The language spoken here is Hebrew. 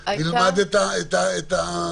היא תמליץ לקחת את המשפחות האלה